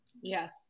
yes